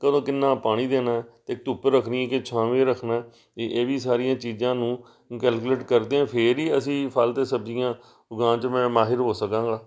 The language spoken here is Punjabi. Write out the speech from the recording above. ਕਦੋਂ ਕਿੰਨਾ ਪਾਣੀ ਦੇਣਾ ਅਤੇ ਧੁੱਪ ਰੱਖਣੀ ਕਿ ਛਾਵੇਂ ਰੱਖਣਾ ਇਹ ਇਹ ਵੀ ਸਾਰੀਆਂ ਚੀਜ਼ਾਂ ਨੂੰ ਕੈਲਕੂਲੇਟ ਕਰਦਿਆਂ ਫਿਰ ਹੀ ਅਸੀਂ ਫਲ ਅਤੇ ਸਬਜ਼ੀਆਂ ਉਗਾਉਣ 'ਚ ਮੈਂ ਮਾਹਿਰ ਹੋ ਸਕਾਂਗਾ